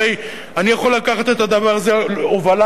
הרי אני יכול לקחת את הדבר הזה כהובלה